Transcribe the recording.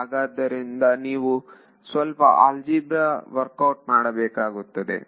ಹಾಗಾದ್ದರಿಂದ ನೀವು ಸ್ವಲ್ಪ algebra work out ಮಾಡಬೇಕಾಗುತ್ತದೆ